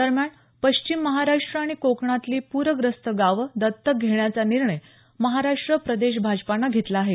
दरम्यान पश्चिम महाराष्ट्र आणि कोकणातली पूरग्रस्त गावं दत्तक घेण्याचा निर्णय महाराष्ट्र प्रदेश भाजपनं घेतला आहे